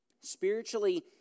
Spiritually